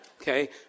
Okay